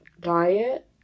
diet